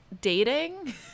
dating